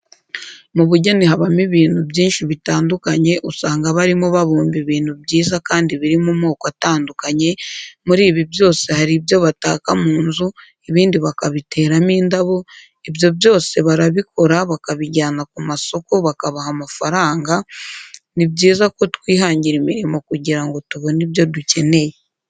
Mu bugeni habamo ibintu byinshi bitandukanye usanga barimo babumba ibintu byiza kandi biri mu moko atandukanye, muri ibi byose hari ibyo bataka mu nzu, ibindi bakabiteramo indabo, ibyo byose barabikora bakabijyana ku masoko bakabaha amafaranga, ni byiza ko twihangira imirimo kugira ngo tubone ibyo dukeneye.